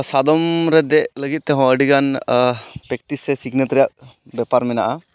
ᱥᱟᱫᱚᱢᱨᱮ ᱫᱮᱡ ᱞᱟᱹᱜᱤᱫᱛᱮ ᱦᱚᱸ ᱟᱹᱰᱤᱜᱟᱱ ᱯᱮᱠᱴᱤᱥ ᱥᱮ ᱥᱤᱠᱷᱱᱟᱹᱛ ᱨᱮᱭᱟᱜ ᱵᱮᱯᱟᱨ ᱢᱮᱱᱟᱜᱼᱟ